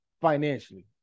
financially